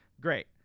great